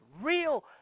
real